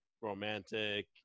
romantic